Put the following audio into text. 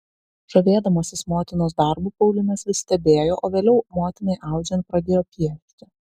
žavėdamasis motinos darbu paulinas vis stebėjo o vėliau motinai audžiant pradėjo piešti